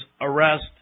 arrest